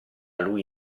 lui